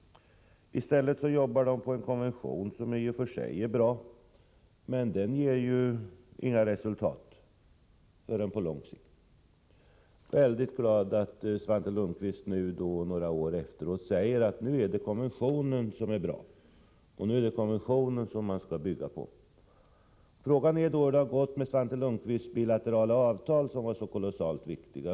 Istället jobbar de på en konvention, som i och för sig är bra, men den ger inte resultat förrän på lång sikt!” Jag är mycket glad att Svante Lundkvist nu några år efteråt säger att det är konventionen som är bra. Nu är det konventionen som vi skall bygga på. Frågan är då hur det har gått med Svante Lundkvists bilaterala avtal som var så kolossalt viktiga.